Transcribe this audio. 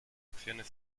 acciones